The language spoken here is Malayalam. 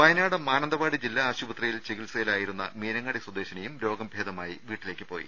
വയനാട് മാനന്തവാടി ജില്ലാ ആശുപത്രിയിൽ ചികിത്സയിലായിരുന്ന മീനങ്ങാടി സ്വദേശിനിയും രോഗം ഭേദമായി വീട്ടിലേക്ക് പോയി